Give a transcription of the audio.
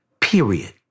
period